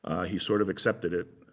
he sort of accepted it.